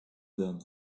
adam